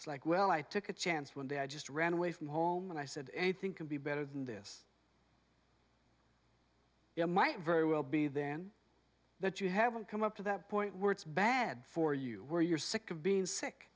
it's like well i took a chance one day i just ran away from home and i said anything can be better than this it might very well be then that you haven't come up to that point where it's bad for you where you're sick of being sick